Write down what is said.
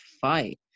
fight